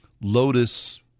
lotus